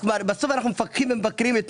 בסוף אנו מבקרים.